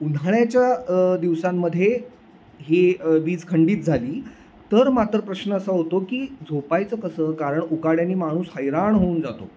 उन्हाळ्याच्या दिवसांमध्ये ही वीज खंडित झाली तर मात्र प्रश्न असा होतो की झोपायचं कसं कारण उकाड्याने माणूस हैराण होऊन जातो